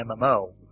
MMO